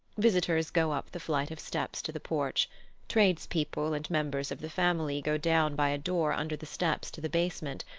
visitors go up the flight of steps to the porch tradespeople and members of the family go down by a door under the steps to the basement,